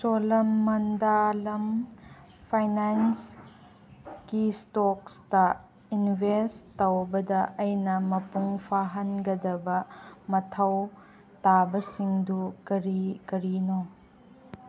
ꯆꯣꯂꯥꯃꯟꯗꯥꯂꯝ ꯐꯥꯏꯅꯥꯏꯁꯀꯤ ꯏꯁꯇꯣꯛꯇ ꯏꯟꯕꯦꯁ ꯇꯧꯕꯗ ꯑꯩꯅ ꯃꯄꯨꯡ ꯐꯥꯍꯟꯒꯗꯕ ꯃꯊꯧ ꯇꯥꯕꯁꯤꯡꯁꯨ ꯀꯔꯤ ꯀꯔꯤꯅꯣ